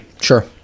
Sure